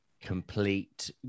complete